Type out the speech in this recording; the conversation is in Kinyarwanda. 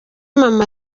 mama